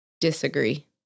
disagree